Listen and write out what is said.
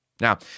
Now